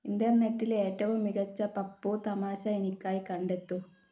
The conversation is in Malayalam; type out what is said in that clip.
ഇൻറർനെറ്റിലെ ഏറ്റവും മികച്ച പപ്പു തമാശ എനിക്കായി കണ്ടെത്തൂ